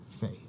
faith